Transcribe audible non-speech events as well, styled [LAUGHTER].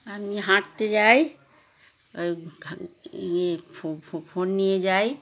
আমি হাঁটতে যাই ওই [UNINTELLIGIBLE] ইয়ে ফোন নিয়ে যাই